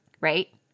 Right